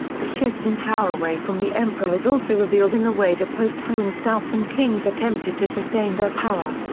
the shift in power away from the emperor is also revealed in the way the post-hohenstaufen kings attempted to sustain their power.